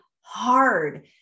hard